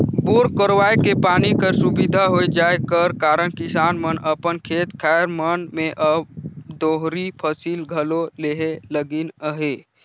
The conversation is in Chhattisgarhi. बोर करवाए के पानी कर सुबिधा होए जाए कर कारन किसान मन अपन खेत खाएर मन मे अब दोहरी फसिल घलो लेहे लगिन अहे